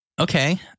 Okay